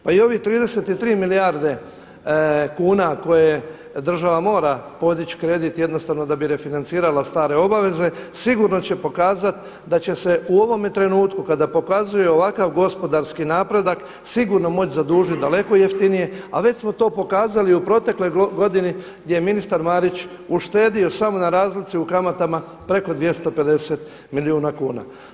Pa i ovih 33 milijarde kuna koje država mora podići kredit da bi refinancirala stare obaveze, sigurno će pokazati da će se u ovome trenutku kada pokazuje ovakav gospodarski napredak sigurno moći zadužiti daleko jeftinije, a već smo to pokazali u protekloj godini gdje je ministar Marić uštedio samo na razlici u kamatama preko 250 milijuna kuna.